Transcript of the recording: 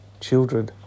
children